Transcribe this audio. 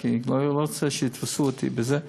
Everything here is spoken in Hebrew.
כי אני לא רוצה שיתפסו אותי בזה,